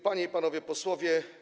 Panie i Panowie Posłowie!